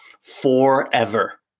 forever